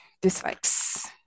dislikes